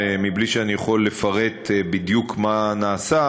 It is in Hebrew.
ואני לא יכול לפרט בדיוק מה נעשה,